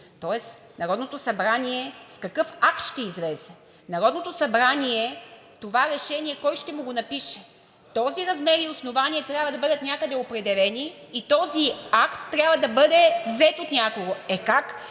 Тоест Народното събрание с какъв акт ще излезе? Народното събрание това решение кой ще му го напише? Този размер и основания трябва да бъдат някъде определени и този акт трябва да бъде взет от някого. Е, как?